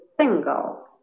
single